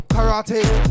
Karate